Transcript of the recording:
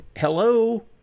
Hello